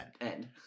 end